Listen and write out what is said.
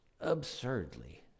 absurdly